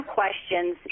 questions